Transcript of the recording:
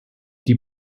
die